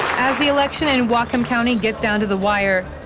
as the election in whatcom county gets down to the wire,